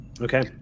okay